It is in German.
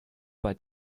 bei